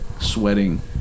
sweating